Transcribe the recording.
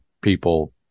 people